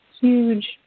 huge